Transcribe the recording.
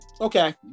okay